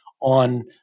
on